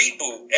reboot